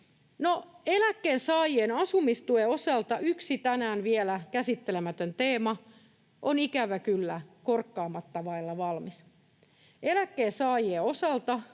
eläkkeensaajien asumistuen osalta yksi tänään vielä käsittelemätön teema on, ikävä kyllä, korkkaamista vaille valmis. Eläkkeensaajien osalta